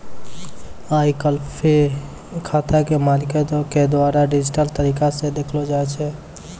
आइ काल्हि खाता के मालिको के द्वारा डिजिटल तरिका से देखलो जाय छै